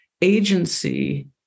agency